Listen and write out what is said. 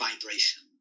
vibration